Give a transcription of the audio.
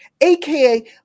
AKA